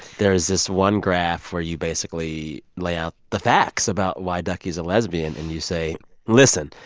there is this one graph where you basically lay out the facts about why duckie is a lesbian and you say listen,